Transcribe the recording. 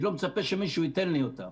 אני לא מצפה שמישהו ייתן לי אותם,